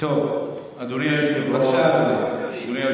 בבקשה, אדוני.